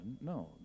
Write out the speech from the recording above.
No